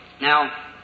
Now